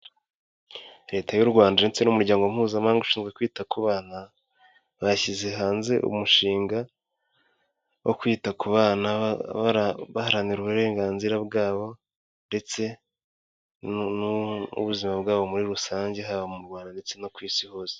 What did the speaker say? Leta y'u Rwanda ndetse n'umuryango Mpuzamahanga ushinzwe kwita ku bana, bashyize hanze umushinga wo kwita ku bana baharanira uburenganzira bwabo, ndetse n'ubuzima bwabo muri rusange, haba mu Rwanda ndetse no ku Isi hose.